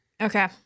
Okay